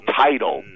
title